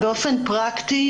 באופן פרקטי,